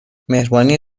مهربانی